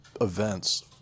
events